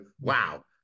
wow